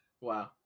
Wow